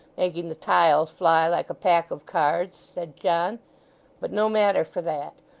making the tiles fly like a pack of cards said john but no matter for that.